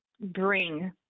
bring